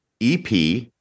EP